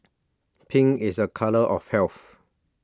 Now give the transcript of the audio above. pink is a colour of health